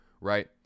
right